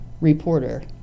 reporter